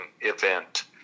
event